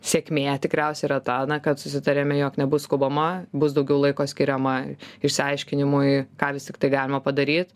sėkmė tikriausiai yra ta na kad susitarėme jog nebus skubama bus daugiau laiko skiriama išsiaiškinimui ką vis tiktai galima padaryt